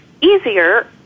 easier